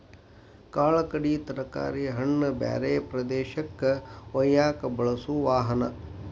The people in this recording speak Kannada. ಕಾಳ ಕಡಿ ತರಕಾರಿ ಹಣ್ಣ ಬ್ಯಾರೆ ಪ್ರದೇಶಕ್ಕ ವಯ್ಯಾಕ ಬಳಸು ವಾಹನಾ